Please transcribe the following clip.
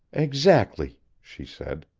exactly, she said.